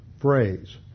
phrase